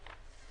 הכנסת.